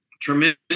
tremendous